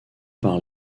par